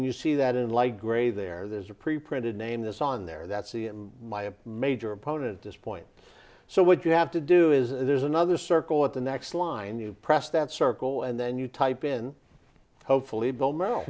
and you see that in light gray there there's a preprinted name this on there that see in my major opponent this point so what you have to do is there's another circle at the next line you press that circle and then you type in hopefully bone mar